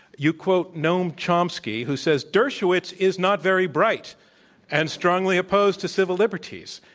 you quote noam chomsky, who says, dershowitz is not very bright and strongly opposed to civil liberties.